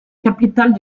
capitale